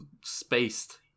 spaced